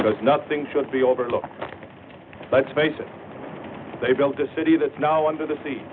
because nothing should be overlooked let's face it they built a city that's now under the sea